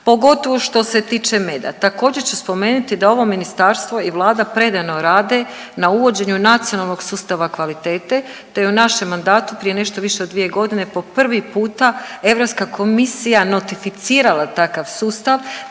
pogotovo što se tiče meda. Također ću spomenuti da ovo ministarstvo i vlada predano rade na uvođenju nacionalnog sustava kvalitete te je u našem mandatu prije nešto više od dvije godine po prvi puta Europska komisija notificirala takav sustav